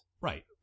Right